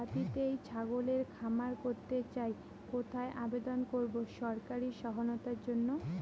বাতিতেই ছাগলের খামার করতে চাই কোথায় আবেদন করব সরকারি সহায়তার জন্য?